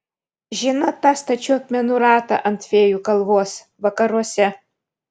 žinot tą stačių akmenų ratą ant fėjų kalvos vakaruose